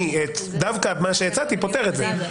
--- דווקא אני פותר את זה.